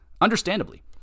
Understandably